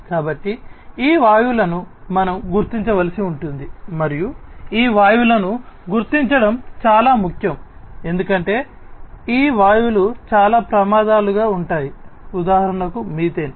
కాబట్టి ఈ వాయువులను మనం గుర్తించవలసి ఉంటుంది మరియు ఈ వాయువులను గుర్తించడం చాలా ముఖ్యం ఎందుకంటే ఈ వాయువులు చాలా ప్రమాదాలుగా ఉంటాయి ఉదాహరణకు మీథేన్